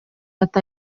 itatu